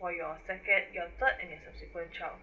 for your second your third and your subsequent child